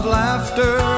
laughter